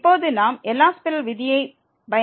இப்போது நாம் L'Hospital விதியைப் பயன்படுத்தலாம்